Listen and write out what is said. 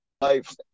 life